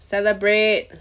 celebrate